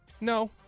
No